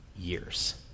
years